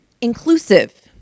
inclusive